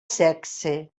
sexe